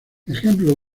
ejemplos